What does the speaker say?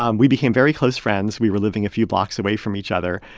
um we became very close friends. we were living a few blocks away from each other.